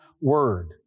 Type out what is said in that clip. word